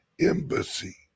embassy